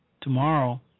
Tomorrow